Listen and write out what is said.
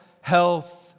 health